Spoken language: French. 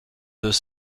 deux